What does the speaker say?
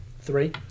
Three